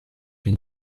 been